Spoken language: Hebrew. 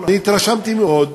אני התרשמתי מאוד שהיום,